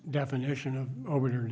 definition of over